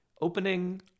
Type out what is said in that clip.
opening